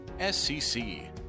SCC